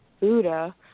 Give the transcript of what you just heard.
Buddha